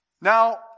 Now